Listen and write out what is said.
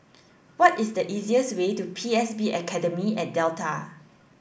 what is the easiest way to P S B Academy at Delta